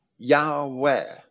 Yahweh